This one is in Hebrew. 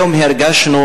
היום הרגשנו,